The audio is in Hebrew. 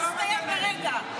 חברת הכנסת מירון, תודה רבה.